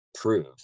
prove